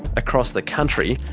across the country,